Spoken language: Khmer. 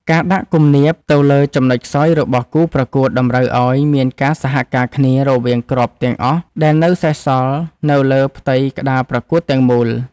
ការដាក់គំនាបទៅលើចំណុចខ្សោយរបស់គូប្រកួតតម្រូវឱ្យមានការសហការគ្នារវាងគ្រាប់ទាំងអស់ដែលនៅសេសសល់នៅលើផ្ទៃក្តារប្រកួតទាំងមូល។